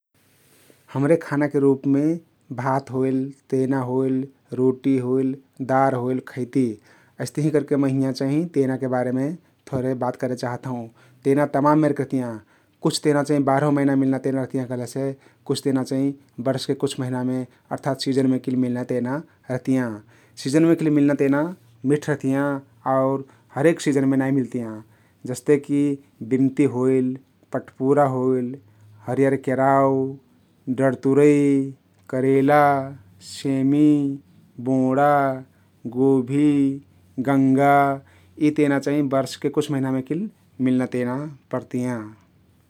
हम्रे खानाके रुपमे भात होइल, तेना होइल, रोटी होइल, दार होइल खैती । अइस्तहिं करके मै हिंया चाहि तेनाके बारेमे थोरे बात करे चाहत हौं । तेना तमाम मेरके रहतियाँ । कुछ तेना बार्हौं महिना मिल्ना तेना रहतियाँ कहलेसे कुछ तेना चाहिं बर्षके कुछ महिनामे अर्थात सिजनमे किल मिल्ना तेना रहतियाँ । सिजनमे केल मिल्ना तेना मिठ रहतियाँ आउर हरेक सिजनमे नाई मिल्तियाँ । जस्ते कि बिम्ती होइल, पटपुरा होइल, हरियर केराउ, डड्तुरै, करेला, सेमी, बोंडा, गोभी, गङ्गा यी तेना चाहि बर्षके कुछ महिनामे किल मिल्ना तेना परतियाँ ।